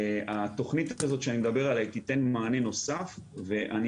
התכנית הזאת שאני מדבר עליה תתן מענה נוסף ואני